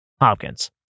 Hopkins